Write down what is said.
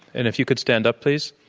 and if you could stand up, please,